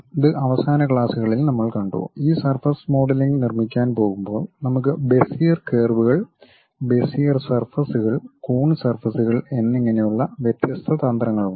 ഇത് അവസാന ക്ലാസുകളിൽ നമ്മൾ കണ്ടു ഈ സർഫസ് മോഡലിംഗ് നിർമ്മിക്കാൻ പോകുമ്പോൾ നമുക്ക് ബെസിയർ കർവുകൾ ബെസിയർ സർഫസ്കൾ കൂൺ സർഫസ്കൾ എന്നിങ്ങനെയുള്ള വ്യത്യസ്ത തന്ത്രങ്ങളുണ്ട്